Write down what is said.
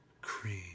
cream